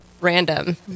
random